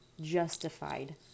justified